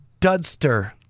Dudster